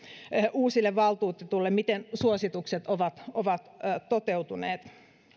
uusille valtuutetuille miten suositukset ovat ovat toteutuneet